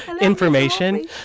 Information